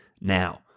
now